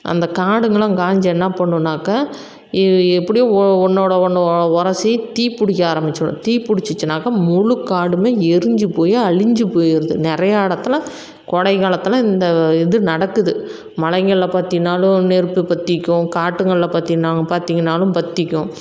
அந்த காடுங்கள்லாம் காய்ஞ்சி என்ன பண்ணும்னாக்கா எப்படியும் ஒன்னோடு ஒன்று உரசி தீ பிடிக்க ஆரம்பிச்சுடும் தீ பிடிச்சிச்சினாக்கா முழு காடும் எரிஞ்சு போய் அழிஞ்சி போய்ருது நிறையா இடத்துல கோடை காலத்தில் இந்த இது நடக்குது மலைகள்ல பார்த்திங்கனாலும் நெருப்பு பற்றிக்கும் காட்டுங்களில் பாத்தோனா பார்த்திங்கனாலும் பற்றிக்கும்